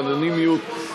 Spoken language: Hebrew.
האנונימיות,